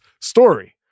story